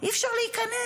אי-אפשר להיכנס.